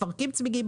מפרקים צמיגים,